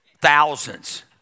Thousands